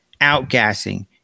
outgassing